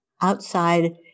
outside